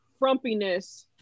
frumpiness